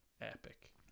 epic